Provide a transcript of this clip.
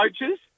coaches